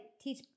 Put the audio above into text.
teach